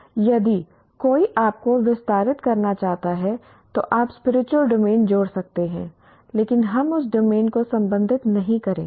इसलिए यदि कोई आपको विस्तारित करना चाहता है तो आप स्पिरिचुअल डोमेन जोड़ सकते हैं लेकिन हम उस डोमेन को संबोधित नहीं करेंगे